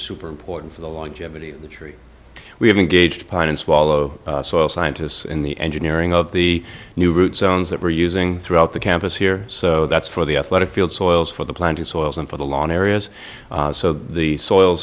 super important for the longevity of the tree we have engaged pine and swallow soil scientists in the engineering of the new root zones that we're using throughout the campus here so that's for the athletic field soils for the planting soils and for the lawn areas so the soil